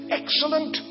excellent